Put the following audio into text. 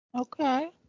Okay